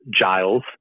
Giles